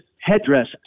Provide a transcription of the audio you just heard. headdress